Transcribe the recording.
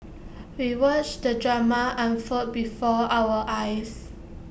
we watched the drama unfold before our eyes